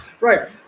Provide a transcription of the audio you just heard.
right